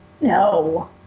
No